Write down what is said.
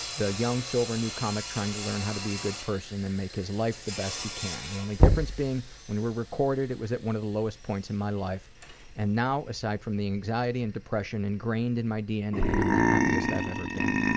the young, sober new comic trying to learn how to be a good person and make his life the best he can, the only difference being when we recorded it was at one of the lowest points in my life and now, aside from the anxiety and depression engrained in my dna, i'm the happiest i've ever been.